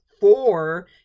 four